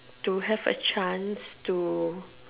to have a chance to